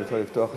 אם אפשר לפתוח לה.